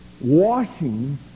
washing